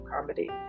comedy